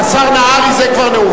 השר נהרי, זה כבר נאום.